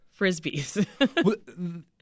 frisbees